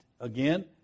Again